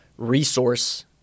resource